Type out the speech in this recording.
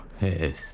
Yes